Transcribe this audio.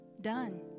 done